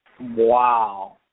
Wow